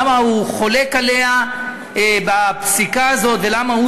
למה הוא חולק עליה בפסיקה הזאת ולמה הוא